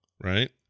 right